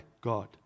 God